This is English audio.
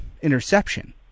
interception